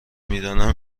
میدانم